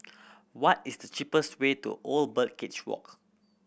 what is the cheapest way to Old Birdcage Walk